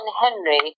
Henry